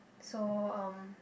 so uh